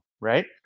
right